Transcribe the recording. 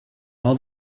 all